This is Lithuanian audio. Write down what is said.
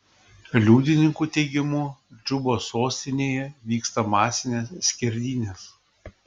liudininkų teigimu džubos sostinėje vyksta masinės skerdynės